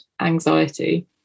anxiety